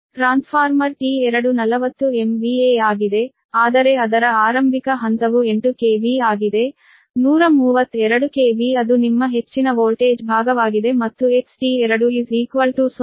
transformer T2 40 MVA ಆಗಿದೆ ಆದರೆ ಅದರ ಆರಂಭಿಕ ಹಂತವು 8 KV ಆಗಿದೆ 132 KV ಅದು ನಿಮ್ಮ ಹೆಚ್ಚಿನ ವೋಲ್ಟೇಜ್ ಭಾಗವಾಗಿದೆ ಮತ್ತು XT2 0